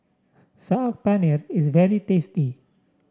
Saag Paneer is very tasty